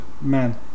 man